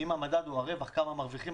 לא,